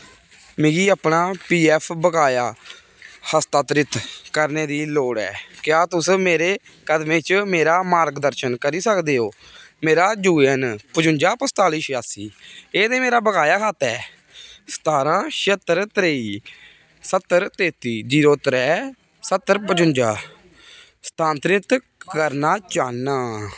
मिगी अपना P F बकाया हस्थांतरत करने दी लोड़ ऐ क्या तुस मेरे कदमें च मेरा मार्गदर्शन करी सकदे ओ मेरा एह् ऐ यू ए ऐन्न पचुंजा पचताली शयासी एह् ते मेरा बकाया खाता ऐ सतारां छेहत्तर तरेई स्हत्तर तेत्ती जीरो त्रै स्हत्तर पंचुजा स्थांतरित करना चाह्न्नां